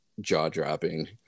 jaw-dropping